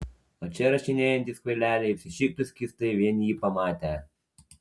o čia rašinėjantys kvaileliai apsišiktų skystai vien jį pamatę